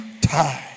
time